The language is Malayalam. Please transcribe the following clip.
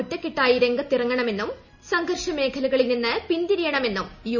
ഒറ്റക്കെട്ടായി രംഗത്തിറങ്ങണമെന്നും സംഘർഷമേഖലകളിൽ നിന്നും പിന്തിരിയണമെന്നും യു